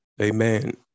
Amen